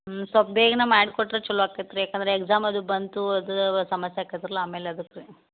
ಹ್ಞೂ ಸೊಲ್ಪ ಬೇಗನ ಮಾಡಿ ಕೊಟ್ಟರೆ ಚಲೋ ಅಕ್ಕತ್ರೆ ಏಕಂದರೆ ಎಗ್ಸಾಮ್ ಅದು ಬಂತು ಓದುವವ ಸಮಸ್ಯೆ ಅಕ್ಕೆತರ್ಲ ಆಮೇಲೆ ಅದಕ್ಕೆ